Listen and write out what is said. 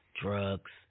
drugs